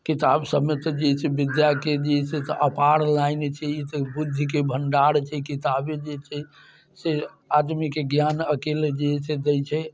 किताब सबमे तऽ जे है से विद्याके जे है से तऽ अपार लाइन छै इ तऽ बुद्धिके भण्डार छै किताबे जे छै से आदमीके ज्ञान अकिल जे है से दै छै